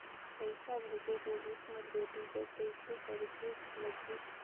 पइसा भेजेक रहिस मोर बेटी जग कइसे करेके लगही?